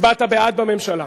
הצבעת בעד בממשלה.